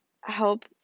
help